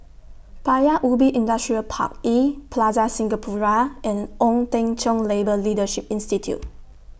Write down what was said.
Paya Ubi Industrial Park E Plaza Singapura and Ong Teng Cheong Labour Leadership Institute